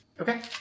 Okay